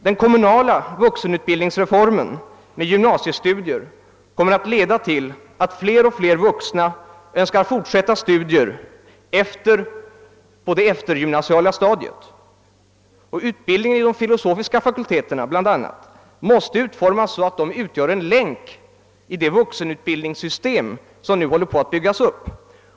Den kommunala vuxenutbildningsreformen med gymnasiestudier kommer att leda till att fler och fler önskar fortsätta studier på det eftergymnasiala stadiet. Utbildningen inom bl.a. de filosofiska fakulteterna måste utformas så, att den utgör en länk i det vuxenutbildningssystem som nu håller på att byggas upp.